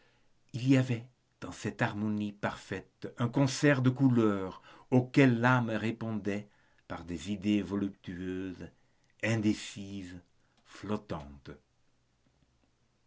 il y avait dans cette harmonie parfaite un concert de couleurs auquel l'âme répondait par des idées voluptueuses indécises flottantes